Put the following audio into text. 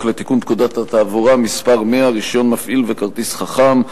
לתיקון פקודת התעבורה (מס' 100) (רשיון מפעיל וכרטיס חכם),